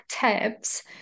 tips